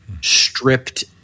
stripped